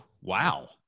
wow